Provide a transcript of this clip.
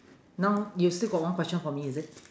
now you still got one question for me is it